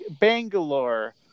Bangalore